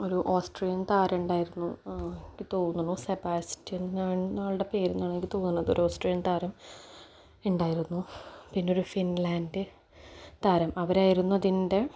ഒരു ഓസ്ട്രീയൻ താരമുണ്ടായിരുന്നു എനിക്ക് തോന്നുന്നു സെബാസ്റ്റ്യന് എന്നാണ് അയാളുടെ പേരെന്നാണ് എനിക്ക് തോന്നുന്നത് ഒരു ഓസ്ട്രീയൻ താരം ഉണ്ടായിരുന്നു പിന്നെയൊരു ഫിൻലാൻഡ് താരം അവരായിരുന്നു അതിൻ്റെ